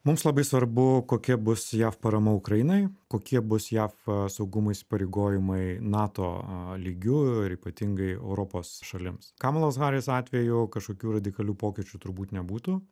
mums labai svarbu kokia bus jav parama ukrainai kokie bus jav saugumo įsipareigojimai nato lygiu ir ypatingai europos šalims kamalos haris atveju kažkokių radikalių pokyčių turbūt nebūtų